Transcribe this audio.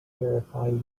verify